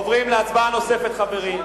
עוברים להצבעה נוספת, חברים.